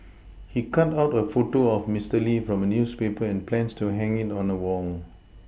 he cut out a photo of Mister Lee from a newspaper and plans to hang it on a Wall